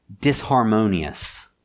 disharmonious